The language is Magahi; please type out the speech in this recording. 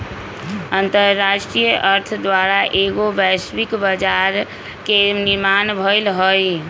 अंतरराष्ट्रीय अर्थ द्वारा एगो वैश्विक बजार के निर्माण भेलइ ह